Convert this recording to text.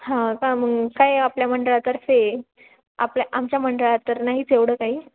हां का मग काय आपल्या मंडळातर्फे आपल्या आमच्या मंडळात तर नाही तेवढं काही